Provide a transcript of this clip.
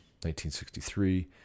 1963